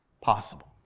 possible